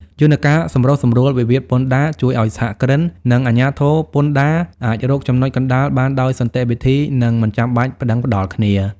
យន្តការសម្រុះសម្រួលវិវាទពន្ធដារ ជួយឱ្យសហគ្រិន និងអាជ្ញាធរពន្ធដារអាចរកចំណុចកណ្ដាលបានដោយសន្តិវិធី និងមិនចាំបាច់ប្ដឹងផ្ដល់គ្នា។